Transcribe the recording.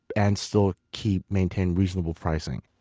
and still keep, maintain reasonable pricing.